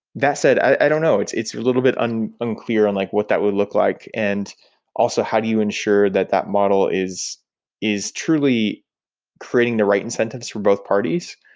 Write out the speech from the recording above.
that said i don't know. it's it's a little bit unclear on like what that would look like. and also, how do you ensure that that model is is truly creating the right incentives for both parties?